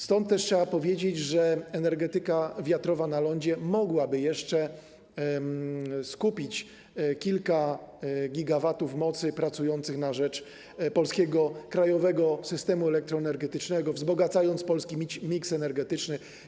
Stąd też trzeba powiedzieć, że energetyka wiatrowa na lądzie mogłaby jeszcze skupić kilka gigawatów mocy pracujących na rzecz polskiego krajowego systemu elektroenergetycznego, wzbogacając polski miks energetyczny.